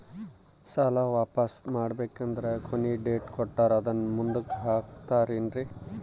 ಸಾಲ ವಾಪಾಸ್ಸು ಮಾಡಬೇಕಂದರೆ ಕೊನಿ ಡೇಟ್ ಕೊಟ್ಟಾರ ಅದನ್ನು ಮುಂದುಕ್ಕ ಹಾಕುತ್ತಾರೇನ್ರಿ?